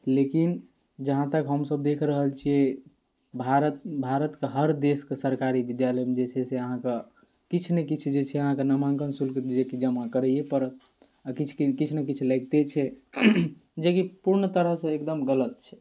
लेकिन जहाँ तक हमसभ देखि रहल छिए भारत भारतके हर देशके सरकारी विद्यालयमे जे छै से अहाँके किछु ने किछु जे छै अहाँके नामाङ्कन शुल्क जमा करैए पड़त आओर किछु नहि किछु लागिते छै जेकि पूर्ण तरहसँ एकदम गलत छै